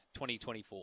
2024